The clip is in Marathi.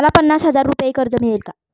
मला पन्नास हजार रुपये कर्ज मिळेल का?